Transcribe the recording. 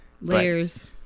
Layers